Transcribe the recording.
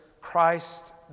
Christ